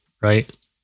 Right